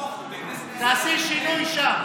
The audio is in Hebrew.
תעשי שינוי שם.